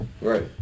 Right